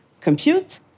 Compute